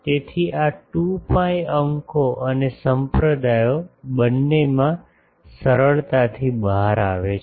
તેથી આ 2 પાઇ અંકો અને સંપ્રદાયો બંનેમાં સરળતાથી બહાર આવે છે